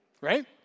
Right